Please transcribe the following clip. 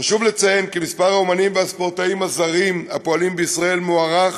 חשוב לציין כי מספר האמנים והספורטאים הזרים הפועלים בישראל מוערך